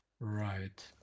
right